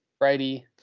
righty